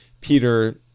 Peter